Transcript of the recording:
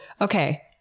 okay